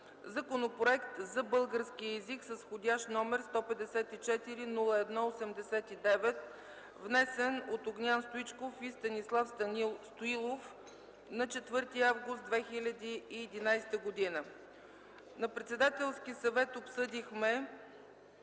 Законопроект за българския език с входящ № 154-01-89, внесен от Огнян Стоичков и Станислав Станилов на 4 август 2011 г. На председателски съвет обсъдихме,